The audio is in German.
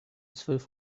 zwölf